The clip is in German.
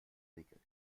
regeln